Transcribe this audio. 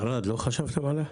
ערד, לא חשבתם עליה?